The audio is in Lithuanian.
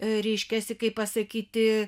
reiškiasi kaip pasakyti